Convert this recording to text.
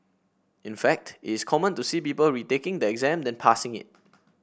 in fact is common to see people retaking the exam than passing it